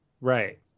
Right